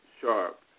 Sharp